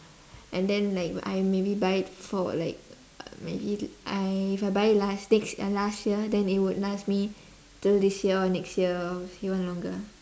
and then like I maybe buy it for like maybe I if I buy lipsticks uh last year then it would last me till this year or next year or even longer